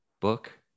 book